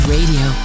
Radio